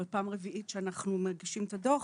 ופעם רביעית שאנחנו מגישים את הדוח,